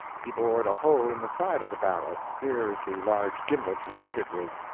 he bored a hole in the side of the barrel here is the large gimlet he did it with.